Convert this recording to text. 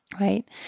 right